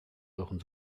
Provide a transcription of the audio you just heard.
euren